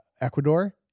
Ecuador